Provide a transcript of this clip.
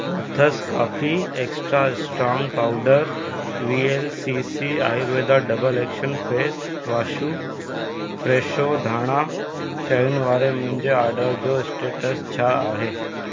कोथस काफ़ी extra strong powder V L C C Ayurveda double action face वाशू फ्रेशो धाणा शयुनि वारे मुंहिंजे ऑडर जो स्टेटस छा आहे